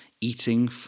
eating